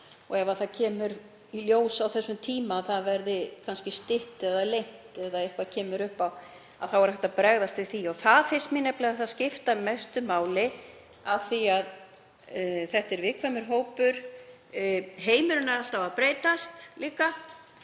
ár. Ef það kemur í ljós á þessum tíma að það verði kannski stytt eða lengt eða eitthvað kemur upp á þá er hægt að bregðast við því. Og það finnst mér nefnilega skipta mestu máli af því að þetta er viðkvæmur hópur. Heimurinn er alltaf að breytast líka.